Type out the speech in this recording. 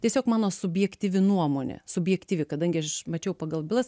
tiesiog mano subjektyvi nuomonė subjektyvi kadangi aš mačiau pagal bylas